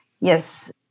Yes